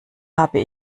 habe